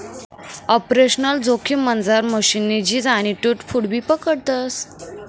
operational जोखिममझार मशीननी झीज आणि टूट फूटबी पकडतस